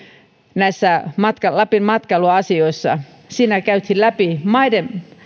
näissä lapin matkailuasioissa siinä käytiin läpi maiden